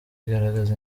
bigaragaza